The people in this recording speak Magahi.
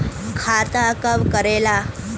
खाता कब करेला?